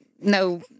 no